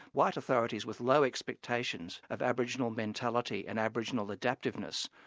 white authorities with low expectations of aboriginal mentality and aboriginal adaptiveness,